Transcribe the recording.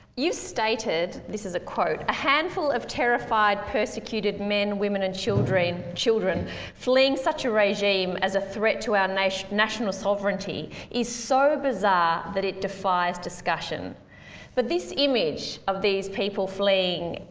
you stated this is a quote a handful of terrified, persecuted men women and children children fleeing such a regime as a threat to our national sovereignty is so bizarre that it defies discussion but this image of these people fleeing,